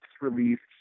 released